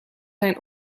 zijn